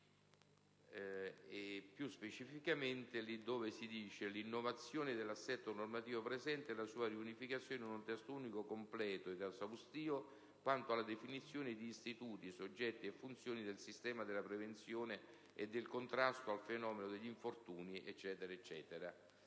e, più specificatamente, là dove si dice: «l'innovazione dell'assetto normativo preesistente e la sua riunificazione in un testo unico completo ed esaustivo quanto alla definizione di istituti, soggetti e funzioni del sistema della prevenzione e del contrasto al fenomeno degli infortuni sul lavoro